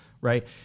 right